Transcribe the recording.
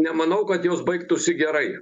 nemanau kad jos baigtųsi gerai